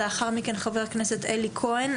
לאחר מכן: חבר הכנסת אלי כהן,